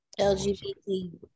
LGBT